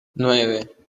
nueve